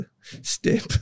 step